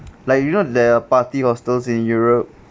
like you know there are party hostels in europe